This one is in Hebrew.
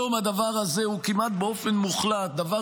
היום הדבר הזה הוא כמעט באופן מוחלט דבר